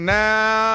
now